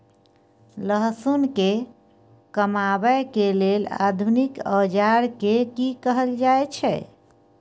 लहसुन के कमाबै के लेल आधुनिक औजार के कि कहल जाय छै?